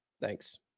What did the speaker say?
Thanks